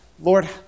Lord